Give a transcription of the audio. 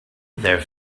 their